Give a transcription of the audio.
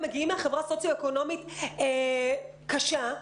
מגיעים מחברה סוציו-אקונומית קשה,